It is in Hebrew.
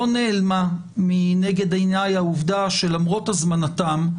לא נעלמה מנגד עיניי העובדה שלמרות הזמנתן,